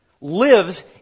Lives